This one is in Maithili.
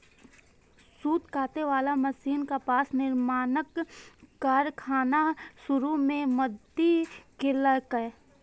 सूत काटे बला मशीन कपास निर्माणक कारखाना शुरू मे मदति केलकै